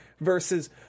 versus